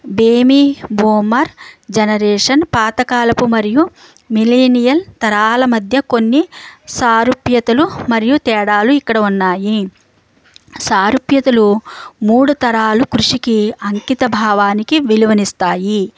baby boomer generation పాతకాలపు మరియు millennial తరాల మధ్య కొన్ని సారూప్యతలు మరియు తేడాలు ఇక్కడ ఉన్నాయి సారూప్యతలు మూడు తరాలు కృషికి అంకిత భావానికి విలువని ఇస్తాయి